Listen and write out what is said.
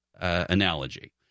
analogy